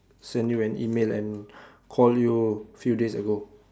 sent you an email and call you a few days ago